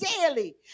daily